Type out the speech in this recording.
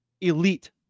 elite